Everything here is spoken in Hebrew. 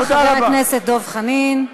תודה, חבר הכנסת דב חנין.